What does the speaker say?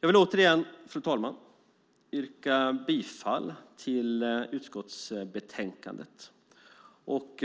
Jag vill återigen yrka bifall till förslaget i utskottsbetänkandet och